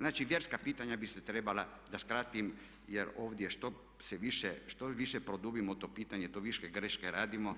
Znači, vjerska pitanja bi se trebala da skratim jer ovdje što više produbimo to pitanje to više grešaka radimo,